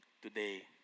today